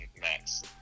max